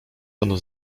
ano